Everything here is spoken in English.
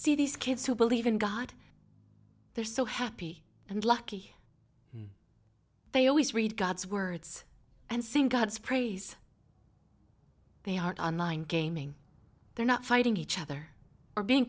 see these kids who believe in god they're so happy and lucky they always read god's words and sing god's praise they aren't on line gaming they're not fighting each other or being